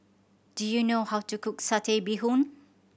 do you know how to cook Satay Bee Hoon